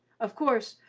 of course,